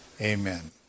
amen